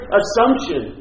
assumption